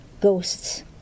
ghosts